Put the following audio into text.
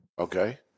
Okay